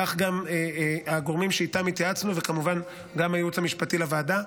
כך גם הגורמים שאיתם התייעצנו וכמובן גם הייעוץ המשפטי לוועדה.